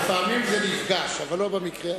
לפעמים זה נפגש, אבל לא במקרה הזה.